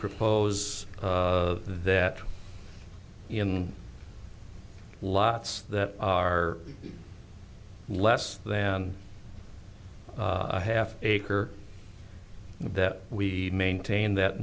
propose that in lots that are less than half acre that we maintain that